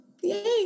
yay